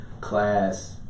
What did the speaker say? class